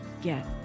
get